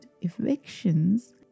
evictions